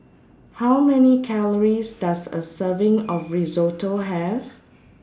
How Many Calories Does A Serving of Risotto Have